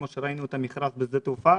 כמו שראינו במכרז בשדה התעופה,